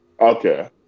Okay